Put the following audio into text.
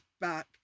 back